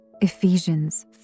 ephesians